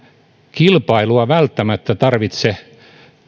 kilpailua välttämättä tarvitse